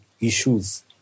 issues